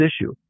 issue